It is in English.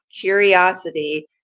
curiosity